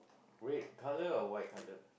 red colour or white colour